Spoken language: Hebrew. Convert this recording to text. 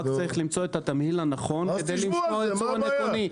רק צריך למצוא את התמהיל הנכון כדי לשמור על הייצור המקומי.